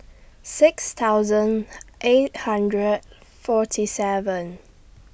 six thousand eight hundred forty seven